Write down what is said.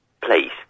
Please